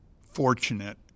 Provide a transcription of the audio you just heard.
fortunate